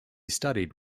studied